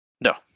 No